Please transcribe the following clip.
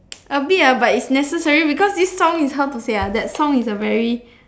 a bit lah but it is necessary because this song is like how to say ah that song is a very